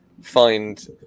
find